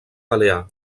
balear